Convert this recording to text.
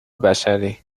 بشری